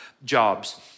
jobs